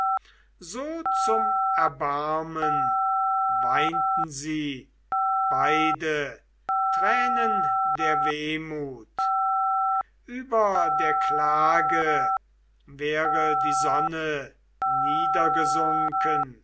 so zum erbarmen weinten sie beide tränen der wehmut über der klage wäre die sonne